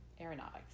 Aeronautics